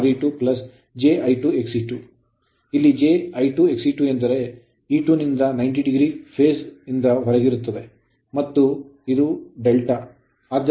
ಇಲ್ಲಿ j I2 Xe2 ಎಂದರೆ ಇದು E2 ನಿಂದ 90 o phase ದಿಂದ ಹೊರಗಿರುತ್ತದೆ ಮತ್ತು ಇದು ∂